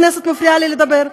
חברת הכנסת הפריעה לי לדבר.